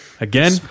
again